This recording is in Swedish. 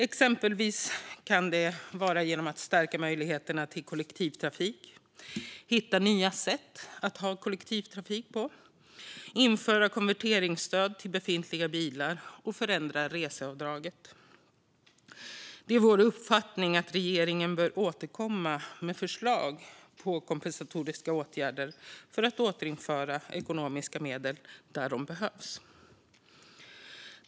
Exempelvis kan detta ske genom att man stärker möjligheterna till kollektivtrafik, hittar nya sätt att ha kollektivtrafik, inför konverteringsstöd till befintliga bilar och förändrar reseavdraget. Vår uppfattning är att regeringen bör återkomma med förslag på kompensatoriska åtgärder för att återföra ekonomiska medel dit där de behövs.